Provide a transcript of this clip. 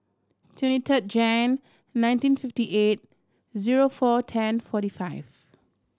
twenty third Jan nineteen fifty eight zero four ten forty five